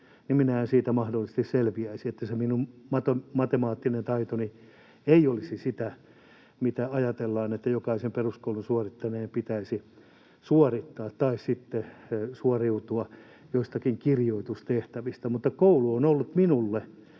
en siitä mahdollisesti selviäisi. Se minun matemaattinen taitoni ei olisi sitä, mitä ajatellaan, että jokaisen peruskoulun suorittaneen pitäisi suorittaa, tai sitten suoriutua joistakin kirjoitustehtävistä. Mutta koulu on ollut minulle